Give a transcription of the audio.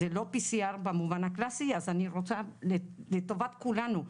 זה לאPCR במובן הקלאסי, אז אני רוצה לטובת כולנו.